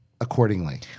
accordingly